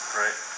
right